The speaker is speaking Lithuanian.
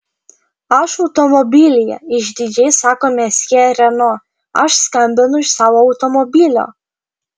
aš automobilyje išdidžiai sako mesjė reno aš skambinu iš savo automobilio